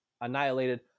annihilated